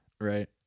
Right